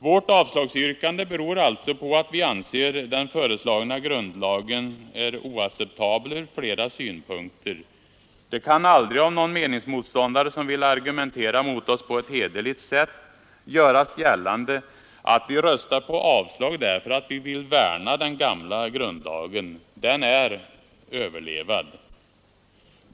Vårt avslagsyrkande beror alltså på att vi anser att den föreslagna grundlagen är oacceptabel ur flera synpunkter. Det kan aldrig av någon meningsmotståndare, som vill argumentera mot oss på ett hederligt sätt, göras gällande att vi röstar på avslag därför att vi vill värna den gamla grundlagen. Den är överlevd.